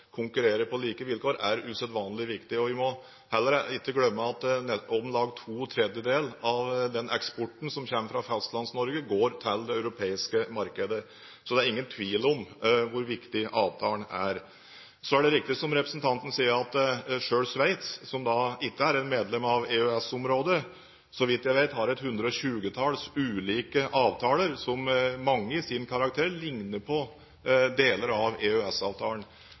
på like vilkår, er usedvanlig viktig. Vi må heller ikke glemme at om lag to tredjedeler av eksporten fra Fastlands-Norge går til det europeiske markedet, så det er ingen tvil om hvor viktig avtalen er. Så er det riktig, som representanten sier, at selv Sveits, som ikke er medlem av EØS-området, så vidt jeg vet, har et 120-talls ulike avtaler, som mange i sin karakter ligner på deler av